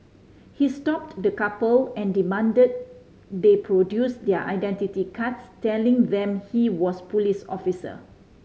he stopped the couple and demanded they produce their identity cards telling them he was police officer